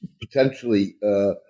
potentially